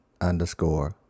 underscore